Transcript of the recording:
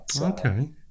Okay